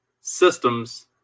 systems